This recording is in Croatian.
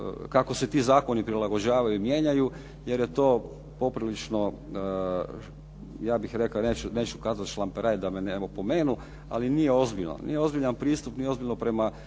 kako se ti zakoni prilagođavaju i mijenjaju jer je to poprilično, ja bih rekao, neću kazati šlamperaj da me ne opomenu, ali nije ozbiljan pristup, nije ozbiljno prema